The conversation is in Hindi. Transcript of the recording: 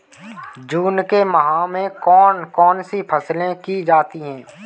जून के माह में कौन कौन सी फसलें की जाती हैं?